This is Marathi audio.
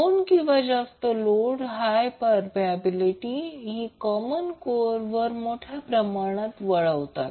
दोन किंवा जास्त कॉइल ज्या हाय परमियाबिलिटी ही कॉमन कोर वर मोठ्या प्रमाणात वळतात